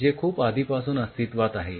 जे खूप आधीपासून अस्तित्वात आहे